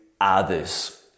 others